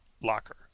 locker